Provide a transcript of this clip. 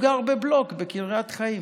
הוא גר בבלוק בקריית חיים.